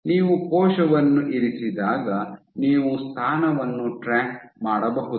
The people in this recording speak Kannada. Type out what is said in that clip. ನೀವು ಕೋಶವನ್ನು ಇರಿಸಿದಾಗ ನೀವು ಸ್ಥಾನವನ್ನು ಟ್ರ್ಯಾಕ್ ಮಾಡಬಹುದು